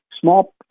Small